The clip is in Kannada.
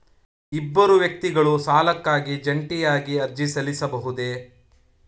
ಇಬ್ಬರು ವ್ಯಕ್ತಿಗಳು ಸಾಲಕ್ಕಾಗಿ ಜಂಟಿಯಾಗಿ ಅರ್ಜಿ ಸಲ್ಲಿಸಬಹುದೇ?